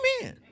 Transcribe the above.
amen